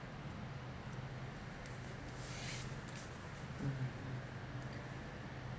mmhmm